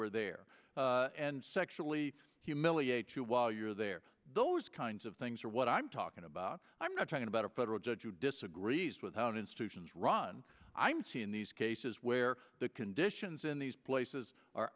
you're there and sexually humiliate you while you're there those kinds of things are what i'm talking about i'm not talking about a federal judge who disagrees with down institutions run i'm seeing these cases where the conditions in these places are